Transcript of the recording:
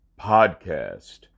podcast